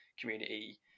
community